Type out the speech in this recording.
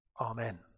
Amen